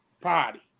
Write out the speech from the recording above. party